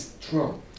Trump